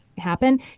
happen